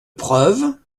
preuve